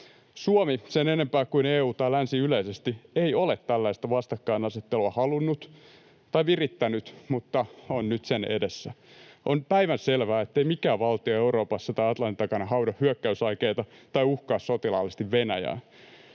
Suomi, sen enempää kuin EU tai länsi yleisesti, ei ole tällaista vastakkainasettelua halunnut tai virittänyt, mutta on nyt sen edessä. On päivänselvää, ettei mikään valtio Euroopassa tai Atlantin takana haudo hyökkäysaikeita tai uhkaa sotilaallisesti Venäjää.